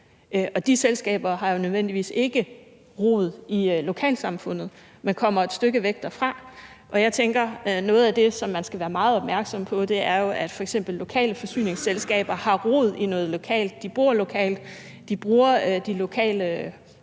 de selskaber har jo ikke nødvendigvis rod i lokalsamfundet, men kommer et stykke væk derfra, og jeg tænker jo, at noget af det, som man skal være meget opmærksom på, er, at lokale forsyningsselskaber f.eks. har rod i noget lokalt. De bor lokalt, de bruger de lokale håndværkere,